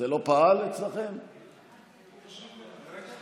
חבר הכנסת מלכיאלי, חבר הכנסת אשר,